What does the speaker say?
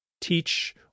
teach